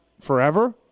forever